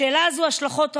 לשאלה הזאת השלכות רבות,